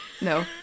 no